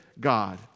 God